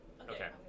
okay